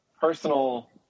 personal